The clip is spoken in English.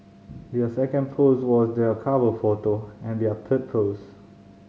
their second post was their cover photo and their third post